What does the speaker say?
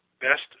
best